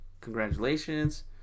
congratulations